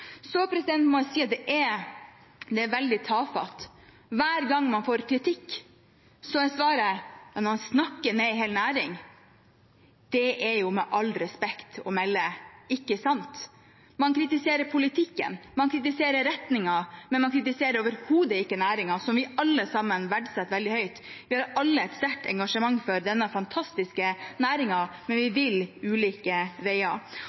Så må jeg si at dette er veldig tafatt. Hver gang man får kritikk, er svaret: Man snakker ned en hel næring. Det er med respekt å melde ikke sant. Man kritiserer politikken, man kritiserer retningen, men man kritiserer overhodet ikke næringen, som vi alle sammen verdsetter veldig høyt. Vi har alle et sterkt engasjement for denne fantastiske næringen, men vi vil gå ulike veier.